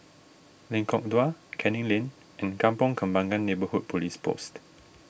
Lengkong Dua Canning Lane and Kampong Kembangan Neighbourhood Police Post